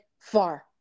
far